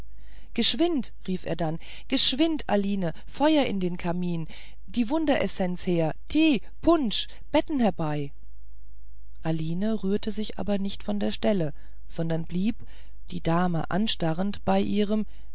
geschwind rief er dann geschwind aline feuer in den kamin die wunderessenz her tee punsch betten herbei aline rührte sich aber nicht von der stelle sondern blieb die dame anstarrend bei ihrem